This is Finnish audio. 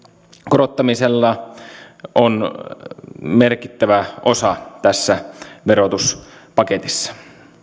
korottamisella on merkittävä osa tässä verotuspaketissa